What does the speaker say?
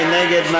מי נגד?